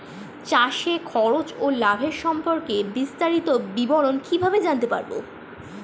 চাষে খরচ ও লাভের সম্পর্কে বিস্তারিত বিবরণ কিভাবে জানতে পারব?